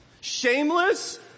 Shameless